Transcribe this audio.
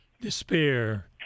despair